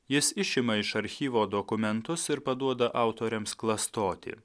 jis išima iš archyvo dokumentus ir paduoda autoriams klastoti